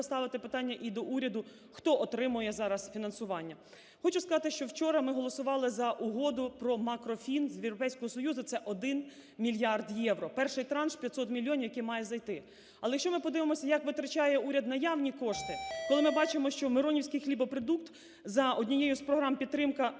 поставити питання і до уряду: хто отримує зараз фінансування? Хочу сказати, що вчора ми голосували за Угоду промакрофін з Європейського Союзу, це 1 мільярд євро. Перший транш – 500 мільйонів, який має зайти. Але якщо ми подивимося, як витрачає уряд наявні кошти, коли ми бачимо, що "Миронівський хлібопродукт" за однією з програм підтримка…